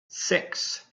six